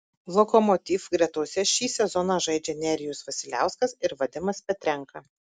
lokomotiv gretose šį sezoną žaidžia nerijus vasiliauskas ir vadimas petrenka